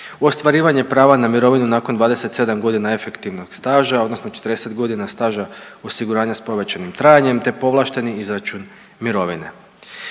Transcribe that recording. ostvarivanje prava na mirovinu nakon 27.g. efektivnog staža odnosno 40.g. staža osiguranja s povećanim trajanjem, te povlašteni izračun mirovine.